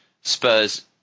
Spurs